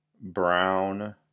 Brown